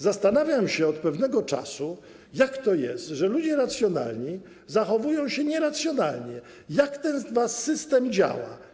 Zastanawiam się od pewnego czasu, jak to jest, że ludzie racjonalni zachowują się nieracjonalnie, jak ten wasz system działa.